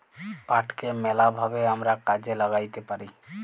পাটকে ম্যালা ভাবে আমরা কাজে ল্যাগ্যাইতে পারি